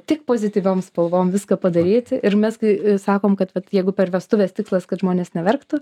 tik pozityviom spalvom viską padaryt ir mes kai sakom kad vat jeigu per vestuves tikslas kad žmonės neverktų